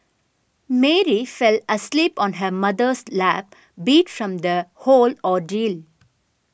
Mary fell asleep on her mother's lap beat from the whole ordeal